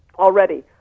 Already